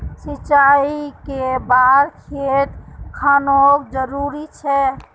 सिंचाई कै बार खेत खानोक जरुरी छै?